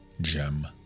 gem